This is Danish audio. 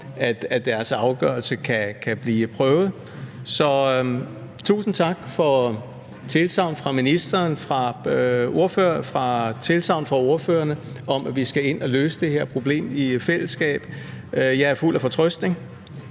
at deres afgørelse kan blive prøvet. Så tusind tak for tilsagn fra ministeren og fra ordførerne om, at vi skal ind og løse det her problem i fællesskab. Jeg er fuld af fortrøstning,